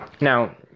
Now